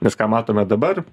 nes ką matome dabar